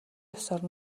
ёсоор